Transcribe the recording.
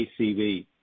ACV